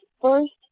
first